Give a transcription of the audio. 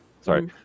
Sorry